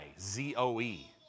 Z-O-E